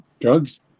drugs